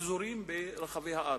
הפזורים ברחבי הארץ,